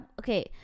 Okay